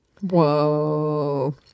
Whoa